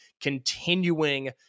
continuing